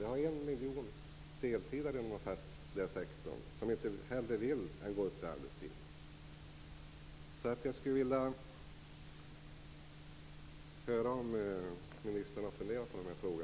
Det finns en miljon deltidsarbetande inom den offentliga sektorn som helst av allt vill gå upp i arbetstid. Jag vill därför veta om ministern har funderat på dessa frågor.